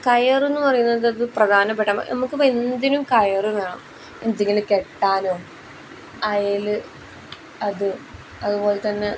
കയർ എന്ന് പറയുന്നത് പ്രധാനപ്പെട്ട നമുക്കിപ്പം എന്തിനും കയറ് വേണം എന്തെങ്കിലും കെട്ടാനോ അയൽ അത് അതുപോലെത്തന്നെ